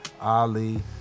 Ali